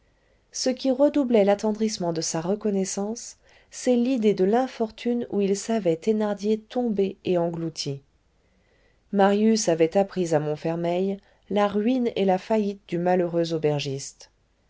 ce qui redoublait l'attendrissement de sa reconnaissance c'est l'idée de l'infortune où il savait thénardier tombé et englouti marius avait appris à montfermeil la ruine et la faillite du malheureux aubergiste